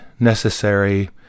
necessary